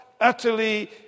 utterly